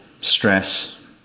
stress